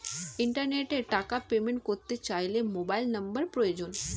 ইন্টারনেটে টাকা পেমেন্ট করতে চাইলে মোবাইল নম্বর প্রয়োজন